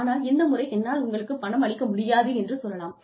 ஆனால் இந்த முறை என்னால் உங்களுக்குப் பணம் அளிக்க முடியாது என்று சொல்லலாம்